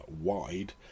wide